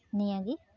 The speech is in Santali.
ᱱᱤᱭᱟᱹ ᱜᱮ